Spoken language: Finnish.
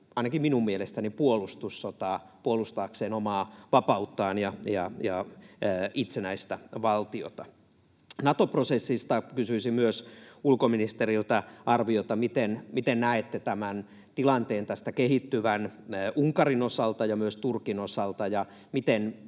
ainakin minun mielestäni puolustussotaa puolustaakseen omaa vapauttaan ja itsenäistä valtiota. Myös Nato-prosessista kysyisin ulkoministeriltä arviota: miten näette tämän tilanteen tästä kehittyvän Unkarin osalta ja myös Turkin osalta, ja miten